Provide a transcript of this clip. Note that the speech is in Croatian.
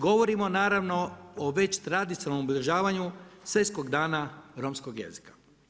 Govorimo naravno, o već tradicionalnom obilježavanju svjetskog dana romskog jezika.